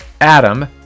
Adam